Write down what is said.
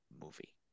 movie